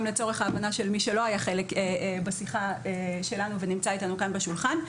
לצורך ההבנה של מי שלא היה חלק בשיחה שלנו ונמצא איתנו כאן בשולחן.